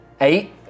Eight